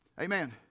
Amen